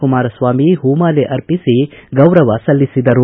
ಕುಮಾರಸ್ವಾಮಿ ಹೂಮಾಲೆ ಅರ್ಪಿಸಿ ಗೌರವಸಲ್ಲಿಸಿದರು